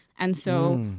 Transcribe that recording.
and so,